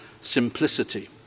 simplicity